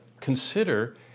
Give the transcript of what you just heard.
consider